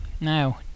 Now